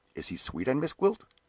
is he sweet on miss gwilt?